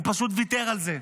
הוא פשוט ויתר על זה,